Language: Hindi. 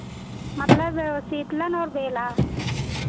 मतलब सीतलन और बेल्हा